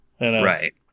right